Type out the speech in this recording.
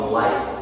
life